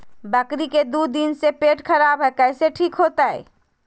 बकरी के दू दिन से पेट खराब है, कैसे ठीक होतैय?